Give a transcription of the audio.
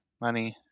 money